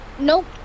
Nope